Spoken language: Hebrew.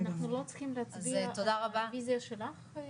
אנחנו לא צריכים להצביע על הרוויזיה שלך?